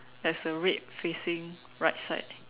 there's a red facing right side